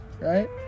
Right